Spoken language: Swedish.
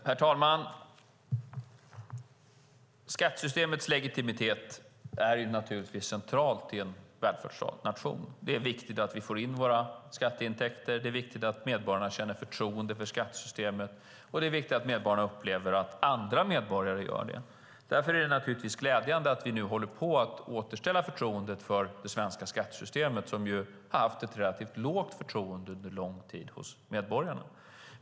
Herr talman! Skattesystemets legitimitet är naturligtvis central i en välfärdsnation. Det är viktigt att vi får in våra skatteintäkter. Det är viktigt att medborgarna känner förtroende för skattesystemet, och det är viktigt att medborgarna upplever att andra medborgare gör det. Därför är det naturligtvis glädjande att vi håller på att återställa förtroendet för det svenska skattesystemet, som ju har haft ett relativt lågt förtroende under lång tid hos medborgarna.